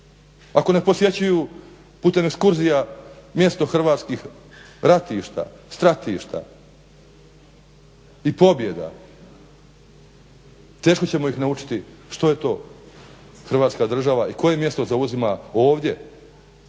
Ako ne posjećuju putem ekskurzija mjesto hrvatskih ratišta, stratišta i pobjeda teško ćemo ih naučiti što je to Hrvatska država i koje mjesto zauzima ovdje